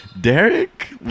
Derek